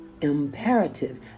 imperative